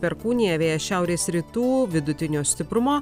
perkūnija vėjas šiaurės rytų vidutinio stiprumo